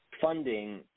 funding